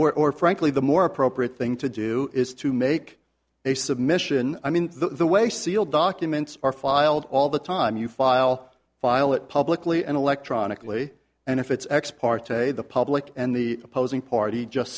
or or frankly the more appropriate thing to do is to make a submission i mean the way sealed documents are filed all the time you file file it publicly and electronically and if it's ex parte the public and the opposing party just